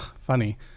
funny